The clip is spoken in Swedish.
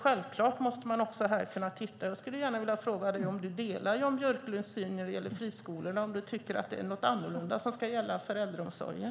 Jag skulle vilja fråga dig om du delar Jan Björklunds syn när det gäller friskolorna och om du tycker att det är något annat som ska gälla för äldreomsorgen.